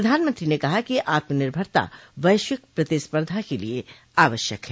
प्रधानमंत्री ने कहा कि आत्मनिर्भरता वैश्विक प्रतिस्पर्धा के लिये आवश्यक है